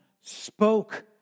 spoke